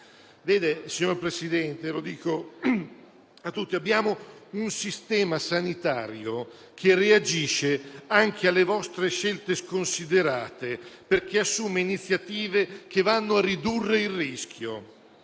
Vede, signor Presidente, lo dico a tutti: abbiamo un sistema sanitario che reagisce anche alle vostre scelte sconsiderate perché assume iniziative che vanno a ridurre il rischio.